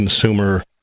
consumer